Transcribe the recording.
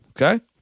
Okay